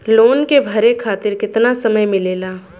Loan के भरे खातिर कितना समय मिलेला?